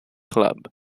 club